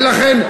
ולכן,